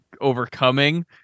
overcoming